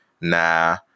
Nah